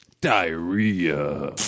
diarrhea